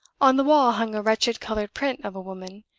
on the wall hung a wretched colored print of a woman,